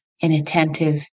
inattentive